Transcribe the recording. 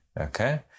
Okay